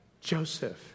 Joseph